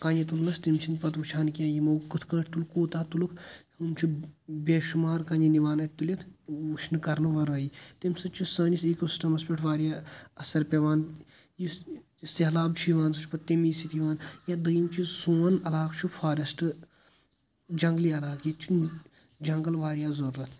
کَنہِ تُلنَس تِم چھِنہٕ پتہٕ وٕچھان کیٚنٛہہ یِمو کِتھ کٲٹھۍ تُل کوٗتاہ تُلُکھ یِم چھِ بیشُمار کَنہِ نِوان اَتۍ تُلِتھ وٕچھنہٕ کَرنہٕ وَرٲیی تَمہِ سۭتۍ چھُ سٲنِس ایٖکو سِسٹَمَس پٮ۪ٹھ واریاہ اثَر پٮ۪وان یُس سہلاب چھُ یِوان سُہ چھُ یِوان پتہ تَمی سۭتۍ یِوان یا دوٚیِم چھُ سون علاقعہ چھُ فارٮ۪سٹ جَنٛگلی علاقع ییٚتہِ چھُ جَنٛگَل واریاہ ضورَت